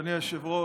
אדוני היושב-ראש,